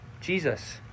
Jesus